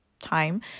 time